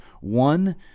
one